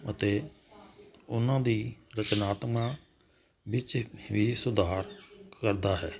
ਅਤੇ ਉਹਨਾਂ ਦੀ ਰਚਨਾਤਨਾਂ ਵਿੱਚ ਵੀ ਸੁਧਾਰ ਕਰਦਾ ਹੈ